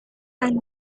and